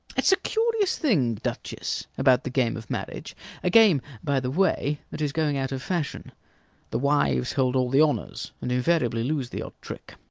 it's a curious thing, duchess, about the game of marriage a game, by the way, that is going out of fashion the wives hold all the honours, and invariably lose the odd trick.